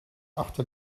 achter